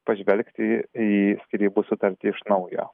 pažvelgti į skyrybų sutartį iš naujo